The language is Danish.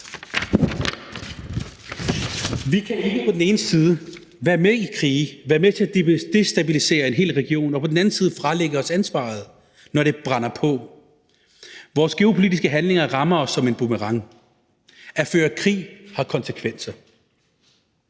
Vi kan ikke på den ene side være med i krige, være med til at destabilisere en hel region, og på den anden side fralægge os ansvaret, når det brænder på. Vores geopolitiske handlinger rammer os som en boomerang. At føre krig har konsekvenser.